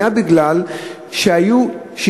הוא היה כי היו 60,000,